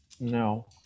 No